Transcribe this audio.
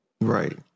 Right